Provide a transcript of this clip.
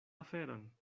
aferon